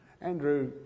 Andrew